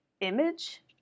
image